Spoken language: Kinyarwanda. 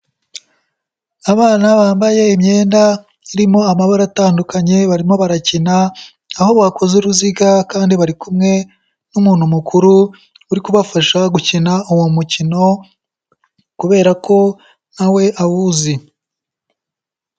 Abana bambaye imyenda irimo amabara atandukanye barimo barakina, aho bakoze uruziga kandi bari kumwe n'umuntu mukuru uri kubafasha gukina uwo mukino, kubera ko na we awuzi.